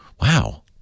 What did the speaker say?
Wow